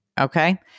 okay